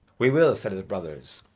we will, said his brothers.